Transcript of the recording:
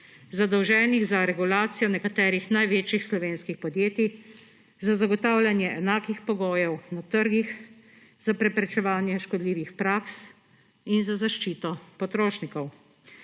zadolženih za regulacijo nekaterih največjih slovenskih podjetij, za zagotavljanje enakih pogojev na trgih, za preprečevanje škodljivih praks in za zaščito potrošnikov.